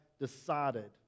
decided